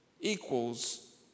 equals